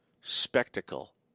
spectacle